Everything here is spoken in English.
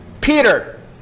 Peter